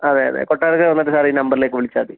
അതെ അതെ കൊട്ടാരക്കര വന്നിട്ട് സാറ് ഈ നമ്പറിലേക്ക് വിളിച്ചാൽ മതി